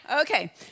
Okay